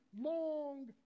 long